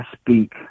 speak